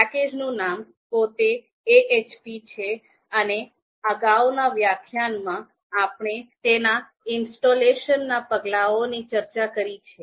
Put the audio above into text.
પેકેજનું નામ પોતે AHP છે અને અગાઉના વ્યાખ્યાનમાં આપણે તેના ઇન્સ્ટોલેશન ના પગલાંઓ ની ચર્ચા કરી છે